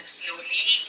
slowly